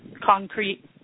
concrete